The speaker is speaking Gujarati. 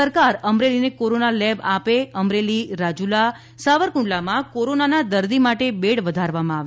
સરકાર અમરેલીને કોરોના લેબ આપે અમરેલી રાજુલા સાવરકુંડલામાં કોરોના દર્દી માટે બેડ વધારવામાં આવે